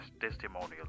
testimonial